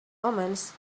omens